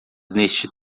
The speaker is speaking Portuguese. neste